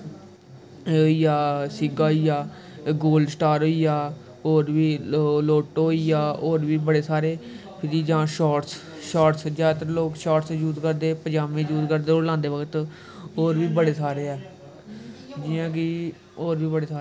होई गेआ सेगा होई गेआ गोल्ड स्टार होई गेआ होर बी लोटो होई गेआ होर बी बड़े सारे जां फिर शार्टस यूज करदे कम्फट महसूस करदे ओह् लांदे बक्त होर बी बड़े सारे ऐ जि'यां कि होर बड़े सारे